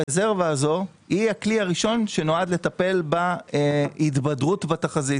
הרזרבה הזאת היא הכלי הראשון שנועד לטפל בהתבדרות בתחזית.